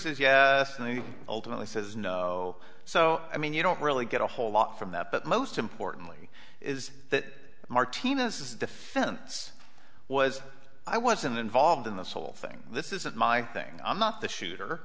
says yeah and then ultimately says no so i mean you don't really get a whole lot from that but most importantly is that martinez is a defense was i wasn't involved in this whole thing this isn't my thing i'm not the shooter